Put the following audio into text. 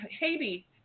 Haiti